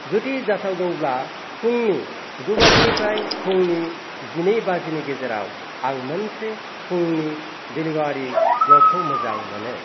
जुदि जाथावगौब्ला फुंनि गु बाजिनिफ्राय फुंनि जिनै बाजिनि गेजेराव आं मोनसे फुंनि डिलिभारि स्लटखौ मोजां मोनो